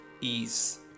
ease